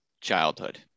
childhood